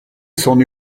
sono